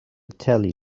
telly